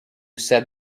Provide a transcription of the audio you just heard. said